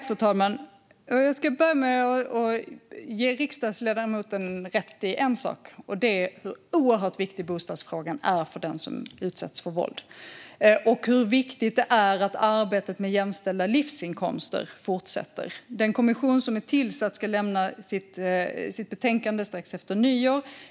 Fru talman! Jag ska börja med att ge riksdagsledamoten rätt i en sak, och det är hur oerhört viktig bostadsfrågan är för den som utsätts för våld. Det är också viktigt att arbetet med jämställda livsinkomster fortsätter. Den kommission som är tillsatt ska lämna sitt betänkande strax efter nyår.